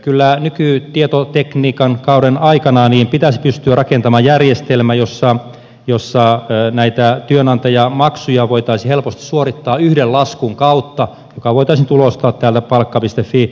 kyllä nykytietotekniikan kauden aikana pitäisi pystyä rakentamaan järjestelmä jossa työnantajamaksuja voitaisiin helposti suorittaa yhden laskun kautta joka voitaisiin tulostaa täältä palkka